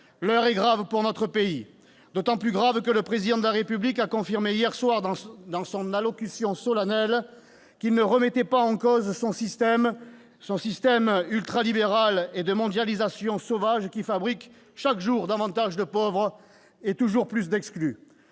l'heure est grave pour notre pays. Elle l'est d'autant plus que le Président de la République a confirmé hier soir, dans son allocution solennelle, qu'il ne remettait pas en cause son système ultralibéral ni la mondialisation sauvage qui fabriquent chaque jour davantage de pauvres et toujours plus d'exclus.